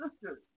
sisters